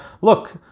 Look